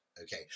Okay